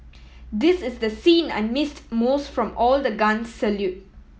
this is the scene I missed most from all the guns salute